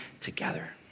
together